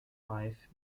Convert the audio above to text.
wife